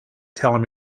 telling